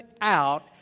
out